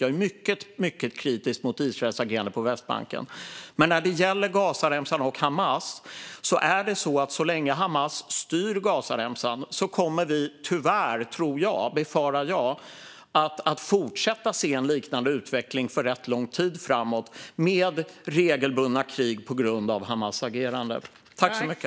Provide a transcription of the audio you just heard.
Jag är mycket kritisk mot Israels agerande på Västbanken. Men när det gäller Gazaremsan och Hamas är det så att så länge Hamas styr Gazaremsan kommer vi tyvärr, befarar jag, att fortsätta se en liknande utveckling för rätt lång tid framåt med regelbundna krig på grund av Hamas agerande.